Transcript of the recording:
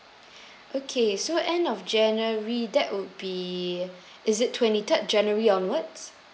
okay so end of january that would be is it twenty-third january onwards